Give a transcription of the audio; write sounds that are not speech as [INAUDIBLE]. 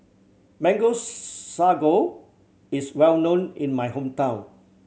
mango [UNINTELLIGIBLE] sago is well known in my hometown